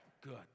Good